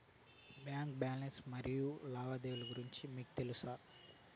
Bank balance లు మరియు లావాదేవీలు గురించి మీకు తెల్సా?